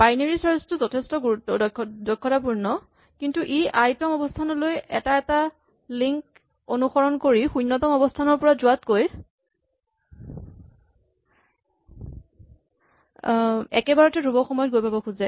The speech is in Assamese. বাইনেৰী চাৰ্ছ টো যথেষ্ট দক্ষতাপূৰ্ণ কিন্তু ই আই তম অৱস্হানলৈ এটা এটা লিংক অনুসৰণ কৰি শূণ্যতম অৱস্হানৰ পৰা যোৱাতকৈ একেবাৰতে ধ্ৰুৱক সময়ত গৈ পাব খোজে